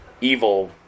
evil